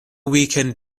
weekend